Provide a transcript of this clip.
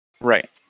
right